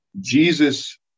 Jesus